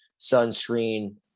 sunscreen